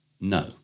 No